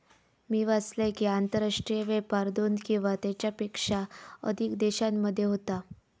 मी वाचलंय कि, आंतरराष्ट्रीय व्यापार दोन किंवा त्येच्यापेक्षा अधिक देशांमध्ये होता